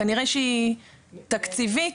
כנראה שתקציבית,